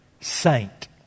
saint